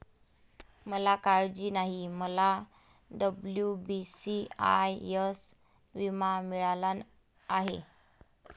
मला काळजी नाही, मला डब्ल्यू.बी.सी.आय.एस विमा मिळाला आहे